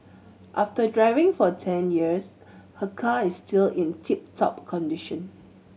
after driving for ten years her car is still in tip top condition